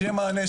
שיהיה מענה,